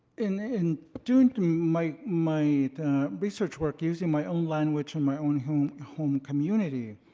in in doing my my research work using my own language and my own home home community,